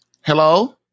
hello